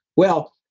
well,